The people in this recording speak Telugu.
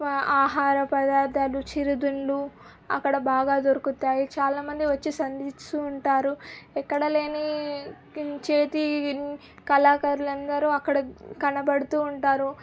ఆహార పదార్థాలు చిరుతిళ్ళు అక్కడ బాగా దొరుకుతాయి చాలా మంది వచ్చి సందర్శిస్తూ ఉంటారు ఎక్కడ లేని చేతి కళాకారులు అందరూ అక్కడ కనబడుతూ ఉంటారు